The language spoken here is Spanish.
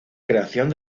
creación